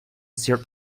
syrup